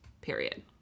Period